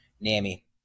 NAMI